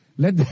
Let